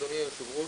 אדוני היושב ראש,